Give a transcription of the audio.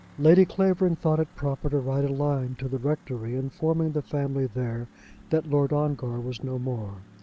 lady clavering thought it proper to write a line to the rectory, informing the family there that lord ongar was no more.